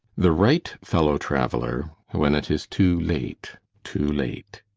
the right fellow-traveller when it is too late too late.